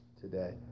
today